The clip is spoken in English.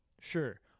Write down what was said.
Sure